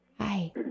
Hi